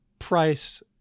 price